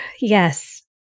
yes